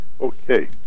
Okay